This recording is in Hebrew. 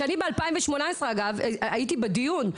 ב-2018 הייתי בדיון,